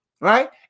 right